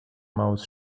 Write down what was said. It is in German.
maus